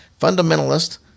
fundamentalist